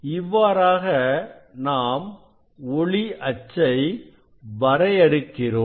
இவ்வாறாக நாம் ஒளி அச்சை வரையறுக்கிறோம்